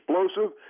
explosive